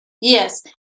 Yes